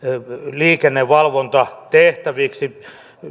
liikennevalvontatehtäviksi